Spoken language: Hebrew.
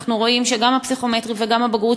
אנחנו רואים שגם הפסיכומטרי וגם הבגרות